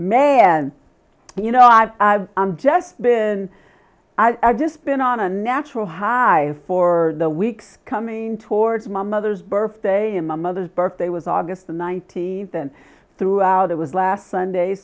man you know i've i've just been i've just been on a natural high for the weeks coming towards my mother's birthday and my mother's birthday was august the ninety than throughout it was last sunday